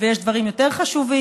ויש דברים יותר חשובים,